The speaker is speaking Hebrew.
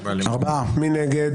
מי נגד?